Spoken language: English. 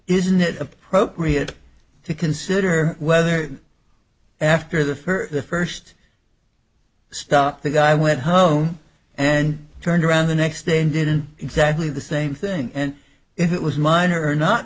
isn't it appropriate to consider whether after the for the first start the guy went home and turned around the next day and didn't exactly the same thing and it was minor